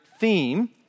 Theme